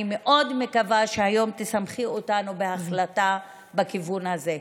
אני מאוד מקווה שהיום תשמחי אותנו בהחלטה בכיוון הזה.